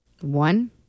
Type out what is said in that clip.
One